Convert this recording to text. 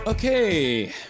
Okay